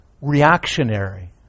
reactionary